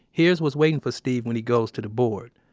here's what's waiting for steve when he goes to the board.